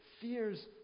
fears